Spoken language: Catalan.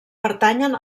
pertanyen